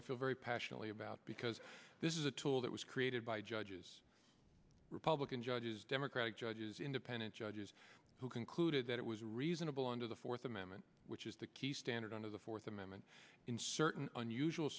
i feel very passionately about because this is a tool that was created by judges republican judges democratic judges independent judges who concluded that it was reasonable under the fourth amendment which is the key standard under the fourth amendment in certain unusual